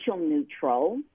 neutral